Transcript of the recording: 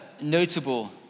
notable